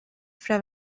fra